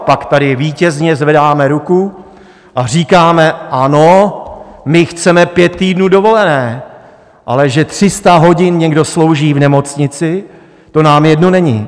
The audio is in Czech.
Pak tady vítězně zvedáme ruku a říkáme: Ano, my chceme pět týdnů dovolené, ale že 300 hodin někdo slouží v nemocnici, to nám jedno není.